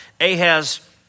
Ahaz